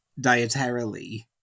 dietarily